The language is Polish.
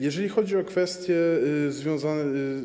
Jeżeli chodzi o kwestie związane.